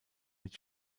mit